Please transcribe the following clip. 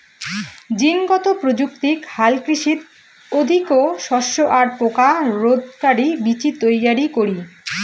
জীনগত প্রযুক্তিক হালকৃষিত অধিকো শস্য আর পোকা রোধকারি বীচি তৈয়ারী করি